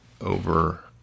over